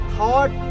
thought